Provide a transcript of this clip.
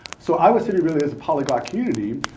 so, iowa city really is a poly block community.